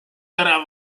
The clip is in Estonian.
ära